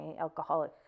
alcoholic